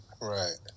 Right